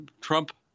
Trump